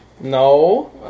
No